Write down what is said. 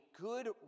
good